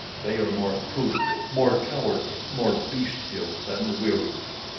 they are more cruel, more cowardly, more bestial than the wieroos.